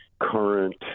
Current